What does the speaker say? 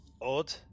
odd